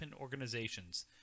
organizations